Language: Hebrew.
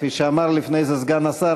כפי שאמר לפני זה סגן השר,